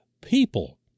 people